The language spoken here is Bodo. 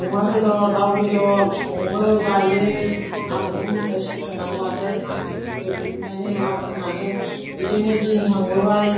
अमा बेदर दाउ बेदर सङो जायो आबौ मोननिफ्राय सोलोंनानै लादों गोदोनिफ्रायनो आबौमोनहानो बेजोंनो दिन थांबोबाय